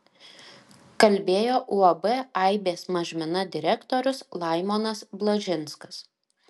kalbėjo uab aibės mažmena direktorius laimonas blažinskas